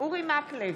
אורי מקלב,